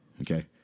okay